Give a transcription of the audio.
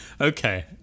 okay